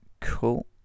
cool